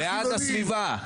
בעד הסביבה.